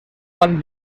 quan